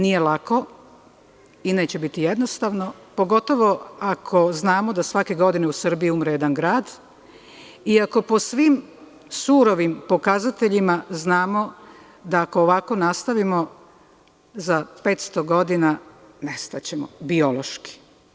Nije lako i neće biti jednostavno, pogotovo ako znamo da svake godine u Srbiji umre jedan grad i ako po svim surovim pokazateljima znamo da ako ovako nastavimo za 500 godina nestaćemo biološki.